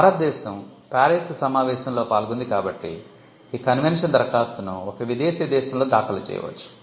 భారతదేశం ప్యారిస్ సమావేశంలో పాల్గొంది కాబట్టి ఈ కన్వెన్షన్ దరఖాస్తును ఒక విదేశీ దేశంలో దాఖలు చేయవచ్చు